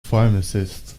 pharmacist